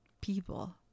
People